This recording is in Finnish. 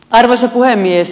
arvoisa puhemies